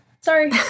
Sorry